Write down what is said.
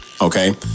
Okay